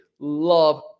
love